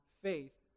faith